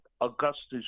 augustus